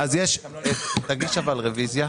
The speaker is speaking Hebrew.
תגיש אבל רוויזיה.